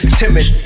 timid